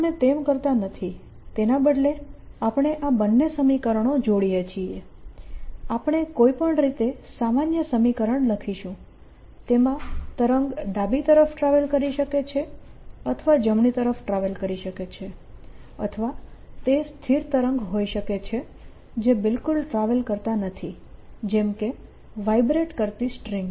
આપણે તેમ કરતા નથી તેના બદલે આપણે આ બંને સમીકરણો જોડીએ છીએ આપણે કોઈ પણ રીતે સામાન્ય સમીકરણ લખીશું જેમાં તરંગ ડાબી તરફ ટ્રાવેલ કરી શકે છે અથવા જમણી તરફ ટ્રાવેલ કરી શકે છે અથવા તે સ્થિર તરંગ હોઈ શકે છે જે બિલકુલ ટ્રાવેલ કરતા નથી જેમ કે વાઈબ્રેટ કરતી સ્ટ્રીંગ